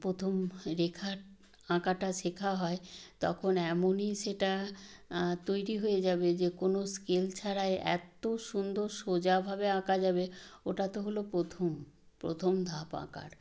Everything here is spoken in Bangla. প্রথম রেখা আঁকাটা শেখা হয় তখন এমনই সেটা তৈরি হয়ে যাবে যে কোনো স্কেল ছাড়াই এত্ত সুন্দর সোজাভাবে আঁকা যাবে ওটা তো হল প্রথম প্রথম ধাপ আঁকার